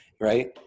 right